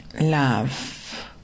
love